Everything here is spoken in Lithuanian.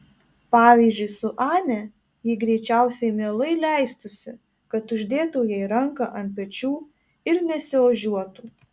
pavyzdžiui su ane ji greičiausiai mielai leistųsi kad uždėtų jai ranką ant pečių ir nesiožiuotų